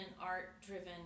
art-driven